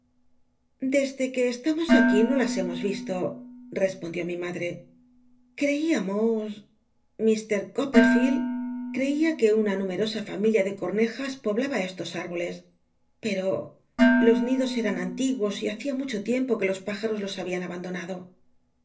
desde ue estamos aq tí no las hcmo y respondió mi mad re crciamos mr co jpel'llcld creía que una numerosa familia de cornejas poblaba estos tirboles pero los nidos eran antiguos y hacia mucho tiempo que los pájaros los babian nbandonaclo